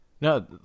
No